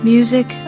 Music